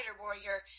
warrior